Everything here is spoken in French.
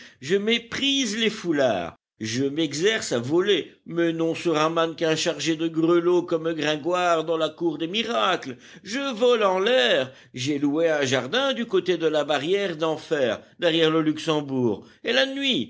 je méprise les foulards je m'exerce à voler mais non sur un mannequin chargé de grelots comme gringoire dans la cour des miracles je vole en l'air j'ai loué un jardin du côté de la barrière d'enfer derrière le luxembourg et la nuit